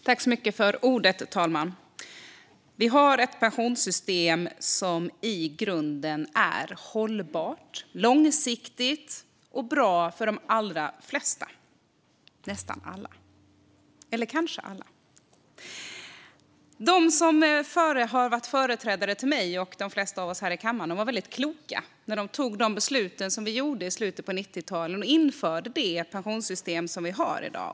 Herr talman! Vi har ett pensionssystem som i grunden är hållbart, långsiktigt och bra för de allra flesta - nästan alla, eller kanske alla. Mina företrädare och de flesta av oss i kammaren var kloka när de fattade besluten i slutet av 90-talet och införde det pensionssystem vi har i dag.